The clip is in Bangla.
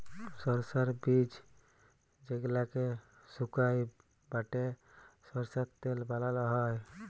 সরষার বীজ যেগলাকে সুকাই বাঁটে সরষার তেল বালাল হ্যয়